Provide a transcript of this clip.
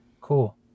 cool